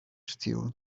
still